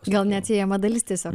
gal neatsiejama dalis tiesiog